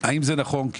האם נכון,